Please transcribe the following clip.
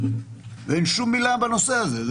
אין שום מילה בנושא הזה.